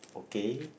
K